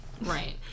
right